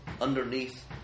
underneath